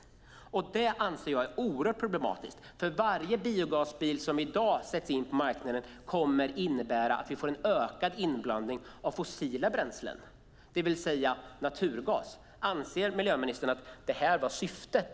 Det är oerhört problematiskt. Varje biogasbil som i dag sätts in på marknaden kommer att innebära att vi får en ökad inblandning av fossila bränslen, det vill säga naturgas. Anser miljöministern att det var syftet?